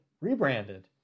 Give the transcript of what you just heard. rebranded